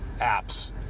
apps